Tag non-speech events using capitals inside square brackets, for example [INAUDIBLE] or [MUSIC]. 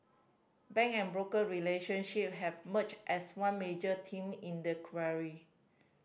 bank and broker relationship have merged as one major team in the [UNINTELLIGIBLE]